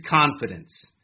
confidence